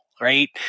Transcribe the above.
right